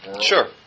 Sure